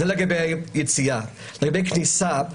לגבי כניסה.